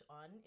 on